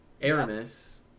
Aramis